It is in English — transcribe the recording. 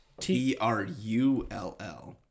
T-R-U-L-L